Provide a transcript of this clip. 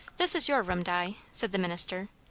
this is your room, di, said the minister.